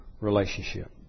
relationship